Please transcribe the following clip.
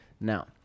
Now